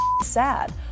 Sad